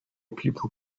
people